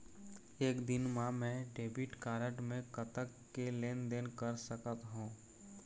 एक दिन मा मैं डेबिट कारड मे कतक के लेन देन कर सकत हो?